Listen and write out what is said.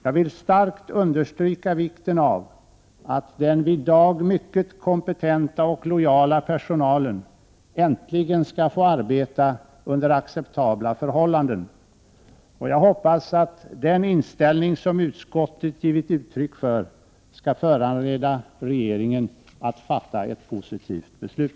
Jag vill starkt understryka vikten av att den vid DAG mycket kompetenta och lojala personalen äntligen skall få arbeta under acceptabla förhållanden. Jag hoppas vidare att den inställning som utskottet givit uttryck för skall föranleda regeringen att fatta ett positivt beslut.